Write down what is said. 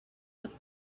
but